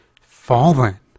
fallen